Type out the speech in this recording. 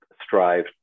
strive